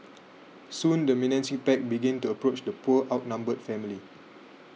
soon the menacing pack began to approach the poor outnumbered family